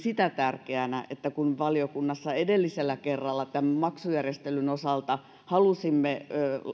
tärkeänä sitä että kun valiokunnassa edellisellä kerralla tämän maksujärjestelyn osalta halusimme